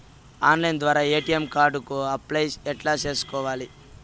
Online ద్వారా ATM card కు apply ఎట్లా సేసుకోవాలి?